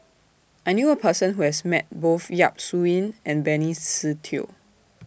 I knew A Person Who has Met Both Yap Su Yin and Benny Se Teo